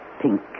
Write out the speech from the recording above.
pink